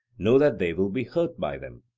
know that they will be hurt by them?